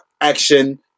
action